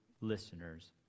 listeners